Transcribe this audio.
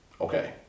Okay